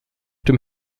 dem